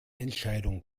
entscheidung